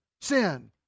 sin